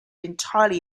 entirely